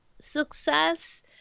success